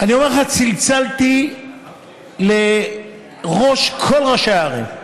אני אומר לך, צלצלתי לכל ראשי הערים.